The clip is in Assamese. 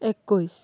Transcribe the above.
একৈছ